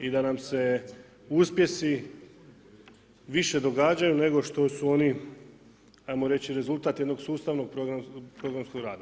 I da nam se uspjesi više događaju, nego što su oni, ajmo reći, rezultat jednog sustavnog programskog rada.